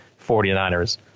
49ers